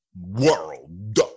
world